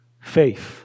faith